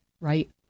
right